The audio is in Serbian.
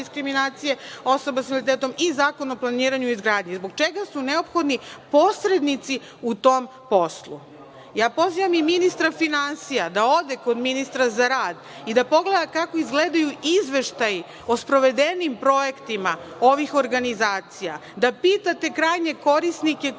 diskriminacije osoba sa invaliditetom i Zakon o planiranju i izgradnji. Zbog čega su neophodni posrednici u tom poslu? Pozivam i ministra finansija da ode kod ministra za rad i da pogleda kako izgledaju izveštaji o sprovedenim projektima ovih organizacija, da pitate krajnje korisnike koliko